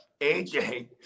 AJ